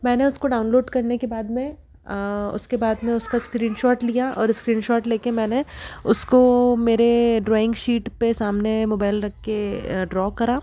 मैंने उसको डाउनलोड करने के बाद में उसके बाद में उसका स्क्रीन शॉट लिया और स्क्रीन शॉट लेकर मैंने उसको मेरे ड्राइंग शीट पर सामने मोबाईल रख कर ड्रा करा